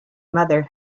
mother